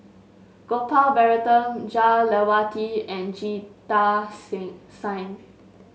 Gopal Baratham Jah Lelawati and Jita Singh